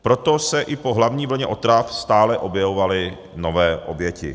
Proto se i po hlavní vlně otrav stále objevovaly nové oběti.